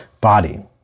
body